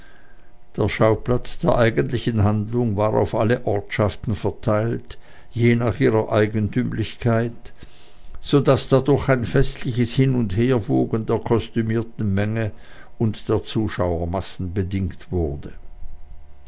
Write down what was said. der schauplatz der eigentlichen handlung war auf alle ortschaften verteilt je nach ihrer eigentümlichkeit so daß dadurch ein festliches hin und herwogen der kostümierten menge und der zuschauermassen bedingt wurde